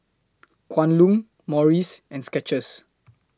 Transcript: Kwan Loong Morries and Skechers